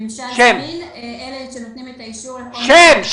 ממשל זמין זה אלה שנותנים את האישור לכל --- תני לי שם,